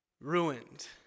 ruined